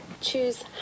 choose